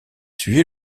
suivi